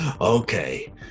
Okay